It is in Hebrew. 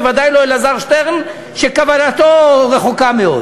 בוודאי לא אלעזר שטרן, שכוונתו רחוקה מאוד.